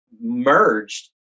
merged